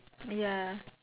ya